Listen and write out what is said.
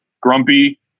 grumpy